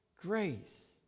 grace